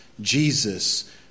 Jesus